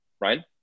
right